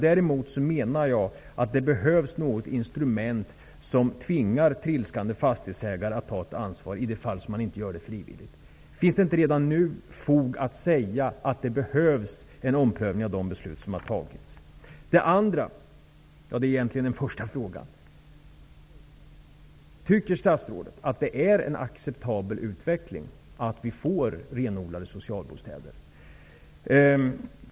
Däremot menar jag att det behövs ett instrument som tvingar trilskande fastighetsägare, som inte gör det frivilligt, att ta ett ansvar. Finns det inte redan nu fog för att säga att det behövs en omprövning av de beslut som har fattats? Min andra fråga är nästan ännu viktigare. Tycker statsrådet att det är en acceptabel utveckling att vi får renodlade socialbostäder?